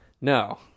no